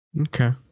Okay